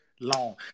long